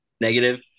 negative